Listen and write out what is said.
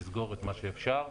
תסגור את מה שאפשר.